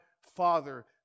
father